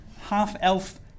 half-elf